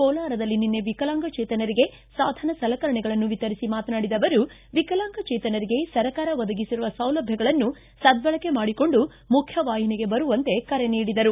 ಕೋಲಾರದಲ್ಲಿ ನಿನ್ನೆ ವಿಕಲಾಂಗಚೇತನರಿಗೆ ಸಾಧನ ಸಲಕರಣೆಗಳನ್ನು ವಿತರಿಸಿ ಮಾತನಾಡಿದ ಅವರು ವಿಕಲಾಂಗಚೇತನರಿಗೆ ಸರ್ಕಾರ ಒದಗಿಸಿರುವ ಸೌಲಭ್ವಗಳನ್ನು ಸದ್ದಳಕೆ ಮಾಡಿಕೊಂಡು ಮುಖ್ಯವಾಹಿನಿಗೆ ಬರುವಂತೆ ಕರೆ ನೀಡಿದರು